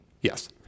Yes